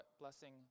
blessing